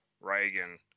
Reagan